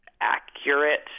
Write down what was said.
accurate